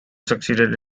succeeded